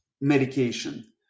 medication